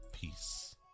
Peace